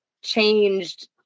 changed